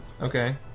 Okay